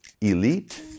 elite